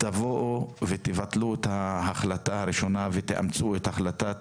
תבואו ותבטלו את ההחלטה הראשונה ותאמצו את החלטת